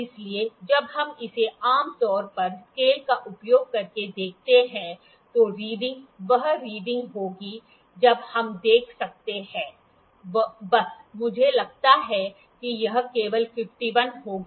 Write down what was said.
इसलिए जब हम इसे आम तौर पर स्केल का उपयोग करके देखते हैं तो रीडिंग वह रीडिंग होगी जब हम देख सकते हैं बस मुझे लगता है कि यह केवल 51 होगी